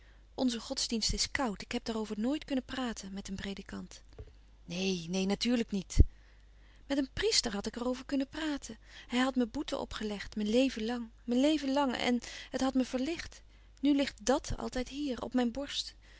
onze godsdienst is koud ik heb daarover noit kunnen praten met een predikant neen neen natuurlijk niet met een priester had ik er over kunnen praten hij had me boete opgelegd mijn leven lang mijn leven lang en het had me verlicht nu ligt dàt altijd hier op mijn borst